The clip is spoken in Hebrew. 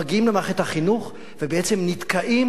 מגיעים למערכת החינוך ובעצם נתקעים,